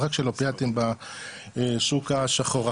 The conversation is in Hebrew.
רק של אופיאטים בשוק השחור.